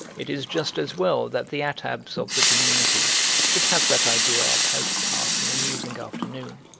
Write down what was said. it is just as well that the attabs of the community should have that idea of how to pass an amusing afternoon,